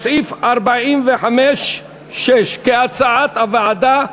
על סעיף 45 כהצעת הוועדה,